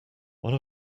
one